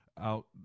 out